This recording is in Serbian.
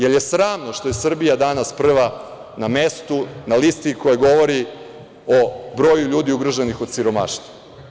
Jer, sramno je što je Srbija danas prva na mestu na listi koja govori o broju ljudi ugroženih od siromaštva.